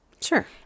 Sure